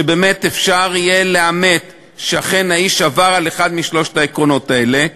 שבאמת אפשר יהיה לאמת שאכן האיש עבר על אחד משלושת העקרונות האלה,